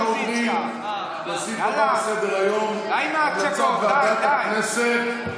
עכשיו אנחנו עוברים לסעיף הבא בסדר-היום: המלצת ועדת הכנסת,